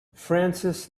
francis